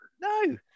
No